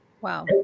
Wow